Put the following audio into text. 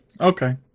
okay